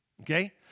Okay